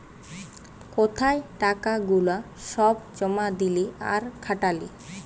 কোথায় টাকা গুলা সব জমা দিলে আর খাটালে